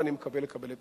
ואני מקווה לקבל את